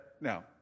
now